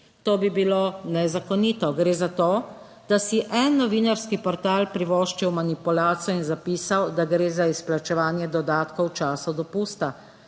To bi bilo nezakonito. Gre za to, da si en novinarski portal privoščil manipulacijo in zapisal, da gre za izplačevanje dodatkov v času dopusta,